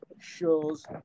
shows